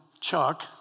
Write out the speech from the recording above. Chuck